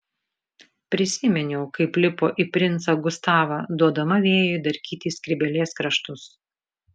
prisiminiau kaip lipo į princą gustavą duodama vėjui darkyti skrybėlės kraštus